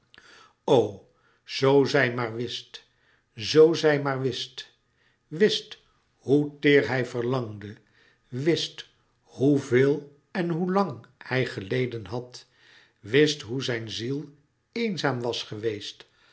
zoo zij maar wist zoo zij maar wist wist hoe teêr hij verlangde wist hoe veel en hoe lang hij geleden had wist hoe zijn ziel eenzaam was geweest